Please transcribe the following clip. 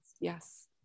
Yes